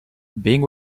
being